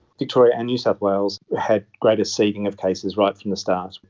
victoria and new south wales had greater seeding of cases right from the start,